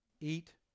eat